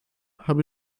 habe